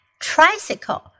Tricycle